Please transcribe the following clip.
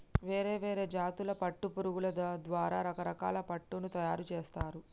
వేరే వేరే జాతుల పట్టు పురుగుల ద్వారా రకరకాల పట్టును తయారుచేస్తారు